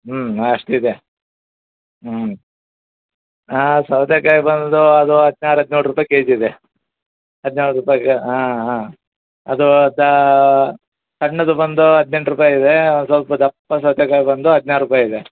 ಹ್ಞೂ ಅಷ್ಟು ಇದೆ ಹ್ಞೂ ಹಾಂ ಸೌತೆಕಾಯಿ ಬಂದು ಅದು ಹದಿನಾರು ಹದಿನೇಳು ರೂಪಾಯಿ ಕೆ ಜಿ ಇದೆ ಹದಿನೇಳು ರೂಪಾಯ್ಗೆ ಹಾಂ ಹಾಂ ಅದು ಸ ಸಣ್ಣದು ಬಂದು ಹದಿನೆಂಟು ರೂಪಾಯಿ ಇದೆ ಒಂದು ಸ್ವಲ್ಪ ದಪ್ಪ ಸೌತೆಕಾಯಿ ಬಂದು ಹದಿನಾರು ರೂಪಾಯಿ ಇದೆ